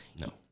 No